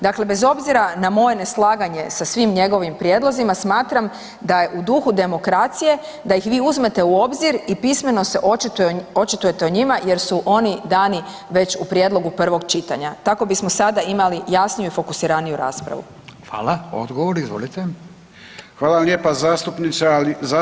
Dakle, bez obzira na moje neslaganje sa svim njegovim prijedlozima, smatram da je u duhu demokracije da ih vi uzmete u obzir i pismeno se očitujete o njima jer su oni dani već u prijedlogu prvog čitanja, tako bismo sada imali jasniju i fokusiraniju raspravu.